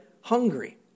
hungry